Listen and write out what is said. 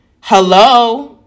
Hello